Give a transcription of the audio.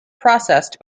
processed